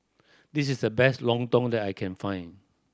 this is the best lontong that I can find